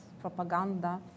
propaganda